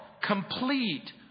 complete